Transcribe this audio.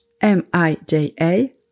M-I-J-A